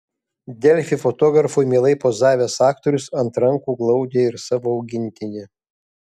delfi fotografui mielai pozavęs aktorius ant rankų glaudė ir savo augintinį